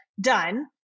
done